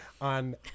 on